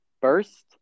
first